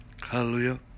Hallelujah